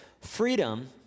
Freedom